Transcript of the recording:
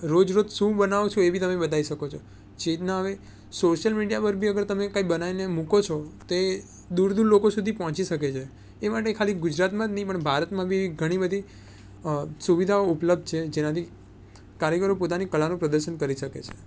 રોજ રોજ શું બનાવો છો એ બી તમે બતાવી શકો છો જેવી રીતના હવે સોશિયલ મીડિયા પર તમે બનાવીને મૂકો છો તે દૂર દૂર સુધી લોકો સુધી પહોંચી શકે છે એ માટે ખાલી ગુજરાતમાં જ નઈ પણ ભારતમાં બી ઘણી બધી સુવિધાઓ ઉપલબ્ધ છે જેનાથી કારીગરો પોતાની કલાનું પ્રદર્શન કરી શકે છે